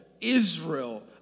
Israel